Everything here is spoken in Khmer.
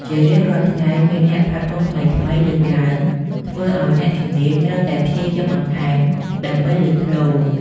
ជារៀងរាល់ថ្ងៃមានអ្នកផាត់មុខថ្មីៗលេចឡើង ធ្វើឱ្យអ្នកជំនាញត្រូវតែព្យាយាមបន្ថែមដើម្បីលេចធ្លោ។